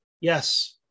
yes